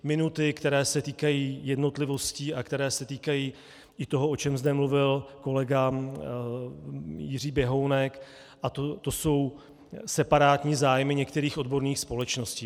Minu ty, které se týkají jednotlivostí a které se týkají i toho, o čem zde mluvil kolega Jiří Běhounek, a to jsou separátní zájmy některých odborných společností.